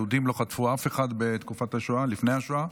היהודים לא חטפו אף אחד בתקופת השואה, לפני השואה,